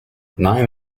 nine